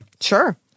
Sure